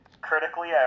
Critically